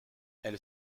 elle